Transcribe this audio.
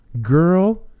Girl